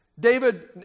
David